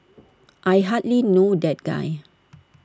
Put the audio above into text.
I hardly know that guy